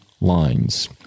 lines